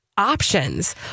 options